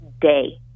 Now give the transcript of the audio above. day